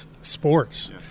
sports